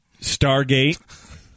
Stargate